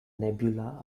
nebula